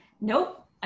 nope